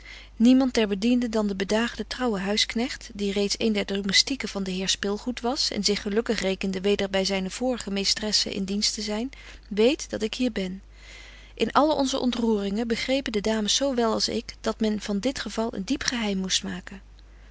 niemand der bedienden dan de bedaagde trouwe huisknegt die reeds een der domestiquen van den heer spilgoed was en zich gelukkig rekende weder by zyne vorige meestresse in dienst te zyn weet dat ik hier ben in alle onze ontroeringen begrepen de dames zo wel als ik dat men van dit geval een diep geheim moest maken